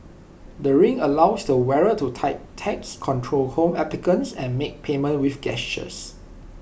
the ring allows the wearer to type texts control home appliances and make payments with gestures